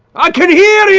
i can hear yeah